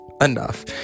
Enough